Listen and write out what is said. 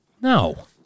No